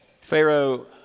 Pharaoh